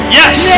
yes